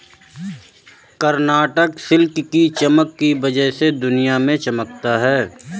Karnataka silk की चमक की वजह से दुनिया में चमकता है